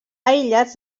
aïllats